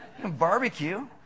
barbecue